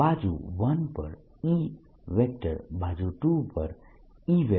બાજુ 1 પર E બાજુ 2 પર E